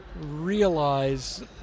Realize